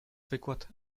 wykład